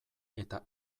eta